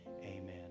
amen